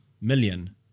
million